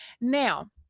Now